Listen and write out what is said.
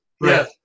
Yes